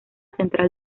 central